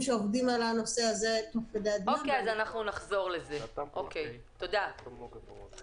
אתה אומר לנו שלאוטובוסים תהיה הגבלה,